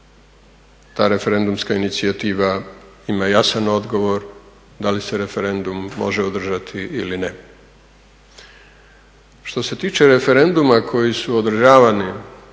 ta referendumska inicijativa ima jasan odgovor, da li se referendum može održati ili ne. Što se tiče referenduma koji su održavani,